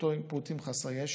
פעוטות חסרי ישע,